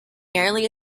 narrowly